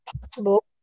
possible